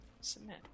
Submit